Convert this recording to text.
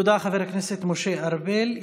תודה, חבר הכנסת משה ארבל.